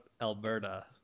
Alberta